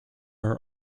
are